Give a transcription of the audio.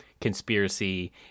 conspiracy